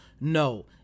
No